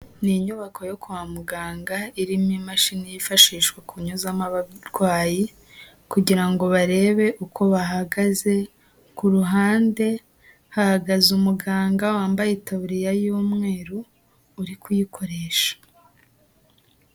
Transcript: Ni inyubako yo kwa muganga irimo imashini yifashishwa kunyuzamo abarwayi kugira ngo barebe uko bahagaze, ku ruhande hahagaze umuganga wambaye itaburiya y'umweru uri kuyikoresha.